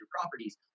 properties